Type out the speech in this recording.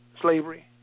slavery